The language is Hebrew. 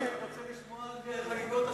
אני רוצה לשמוע על חגיגות ה-60.